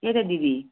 त्यही त दिदी